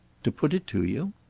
to put it to you?